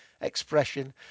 expression